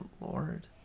lord